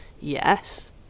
Yes